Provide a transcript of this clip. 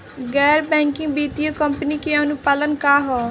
गैर बैंकिंग वित्तीय कंपनी के अनुपालन का ह?